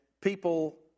people